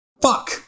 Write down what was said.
fuck